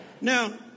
Now